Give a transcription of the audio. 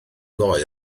ddoe